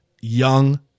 young